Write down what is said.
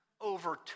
Over